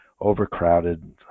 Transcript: overcrowded